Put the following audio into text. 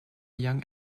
young